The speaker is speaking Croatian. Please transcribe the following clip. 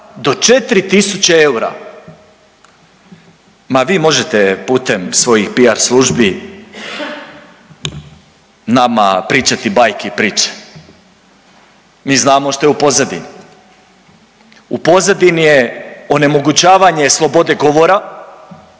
do 4.000 eura. Ma vi možete putem svojih PR službi nama pričati bajke i priče. Mi znamo što je u pozadini. U pozadini je onemogućavanje slobode govora